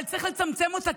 אבל צריך לצמצם אותה,